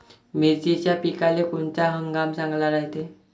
मिर्चीच्या पिकाले कोनता हंगाम चांगला रायते?